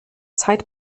zeit